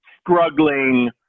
Struggling